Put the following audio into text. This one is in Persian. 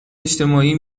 اجتماعی